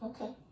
Okay